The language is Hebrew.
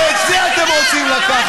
לא, לא, לא, לא, את זה אתם רוצים לקחת.